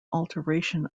alteration